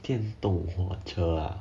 电动火车 ah